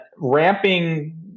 ramping